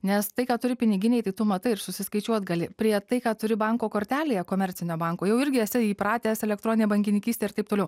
nes tai ką turi piniginėj tai tu matai ir susiskaičiuot gali prie tai ką turi banko kortelėje komercinio banko jau irgi esi įpratęs elektroninė bankininkystė ir taip toliau